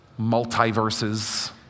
multiverses